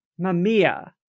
Mamiya